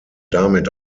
damit